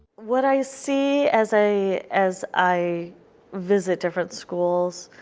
what i see as i as i visit different schools,